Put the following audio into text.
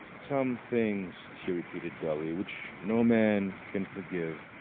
some things, she repeated, dully, which no man can forgive.